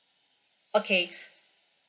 okay